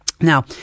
Now